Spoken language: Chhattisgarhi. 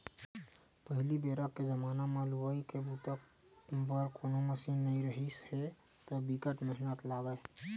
पहिली बेरा के जमाना म लुवई के बूता बर कोनो मसीन नइ रिहिस हे त बिकट मेहनत लागय